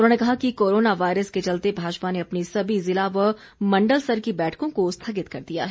उन्होंने कहा कि कोरोना वायरस के चलते भाजपा ने अपनी सभी जिला व मंडल स्तर की बैठकों को स्थगित कर दिया है